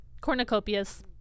Cornucopias